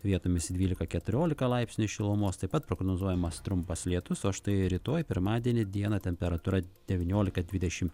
vietomis dvylika keturiolika laipsnių šilumos taip pat prognozuojamas trumpas lietus o štai rytoj pirmadienį dieną temperatūra devyniolika dvidešim